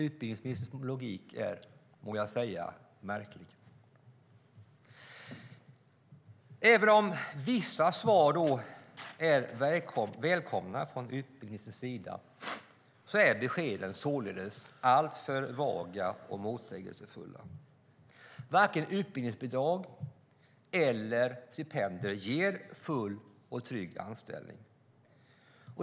Utbildningsministern logik är märklig, må jag säga. Även om vissa svar från utbildningsministerns sida är välkomna är beskeden således alltför vaga och motsägelsefulla. Varken utbildningsbidrag eller stipendier ger full och trygg anställning.